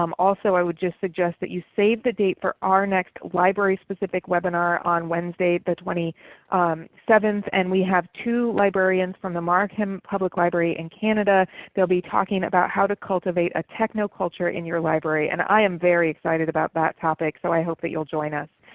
um also i would just suggest that you save the date for our next library specific webinar on wednesday the twenty seventh. and we have two librarians from the markham public library in canada. they will be talking about how to cultivate a techno-culture in your library and i am very excited about that topic so i hope that you'll join us.